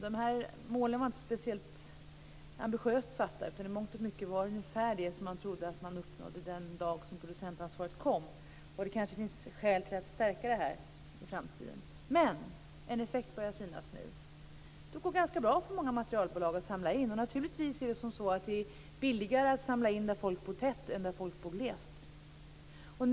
Dessa mål var inte speciellt ambitiöst uppsatta. I stort sett handlade det om ungefär det som man trodde uppnåddes den dag som producentansvaret infördes. Det kanske finns skäl att stärka det här i framtiden. Nu börjar en effekt synas. Det går ganska bra för många materialbolag att samla in. Naturligtvis är det billigare att samla in där folk bor tätt än där folk bor glest.